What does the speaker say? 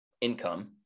income